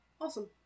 Awesome